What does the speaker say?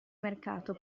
mercato